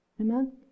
Amen